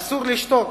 אסור לשתוק